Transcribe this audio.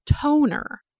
toner